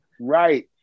Right